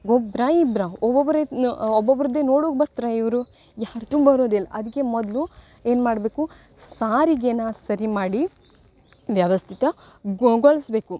ಒಬ್ಬರಾ ಇಬ್ಬರಾ ಒಬ್ಬೊಬ್ಬರೆ ನ್ ಒಬ್ಬೊಬ್ರದೆ ನೋಡೋಕ್ಕೆ ಬರತ್ರ ಇವರು ಯಾರ್ತು ಬರೋದಿಲ್ಲ ಅದಕ್ಕೆ ಮೊದಲು ಏನು ಮಾಡಬೇಕು ಸಾರಿಗೆನ ಸರಿ ಮಾಡಿ ವ್ಯವಸ್ಥಿತಗೊಳ್ಸ್ಬೇಕು